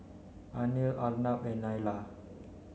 Anil Arnab and Neila